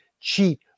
cheat